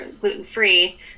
gluten-free